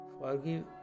forgive